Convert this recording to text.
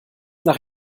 nach